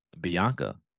Bianca